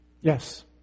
Yes